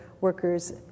workers